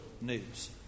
news